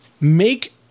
make